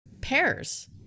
pears